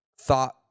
thought